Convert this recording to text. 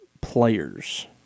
players